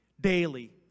daily